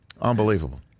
Unbelievable